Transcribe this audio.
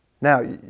Now